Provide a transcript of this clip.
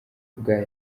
ubwayo